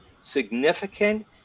significant